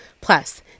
Plus